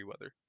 weather